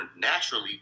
naturally